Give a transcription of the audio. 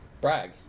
brag